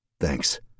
Thanks